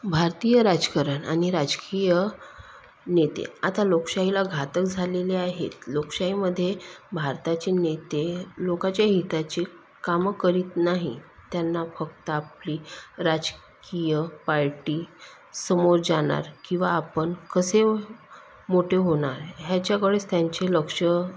भारतीय राजकारण आणि राजकीय नेते आता लोकशाहीला घातक झालेले आहेत लोकशाहीमध्ये भारताचे नेते लोकाच्या हिताचे कामं करीत नाही त्यांना फक्त आपली राजकीय पार्टी समोर जाणार किंवा आपण कसे मोठे होणार ह्याच्याकडेच त्यांचे लक्ष